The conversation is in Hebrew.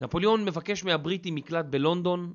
נפוליאון מבקש מהבריטי מקלט בלונדון